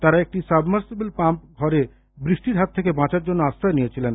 তারা একটি submersible pump ঘরে বৃষ্টির হাত থেকে বাঁচার হাত জন্য আশ্রয় নিয়েছিলেন